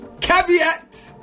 Caveat